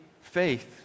faith